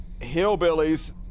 hillbillies